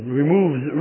removes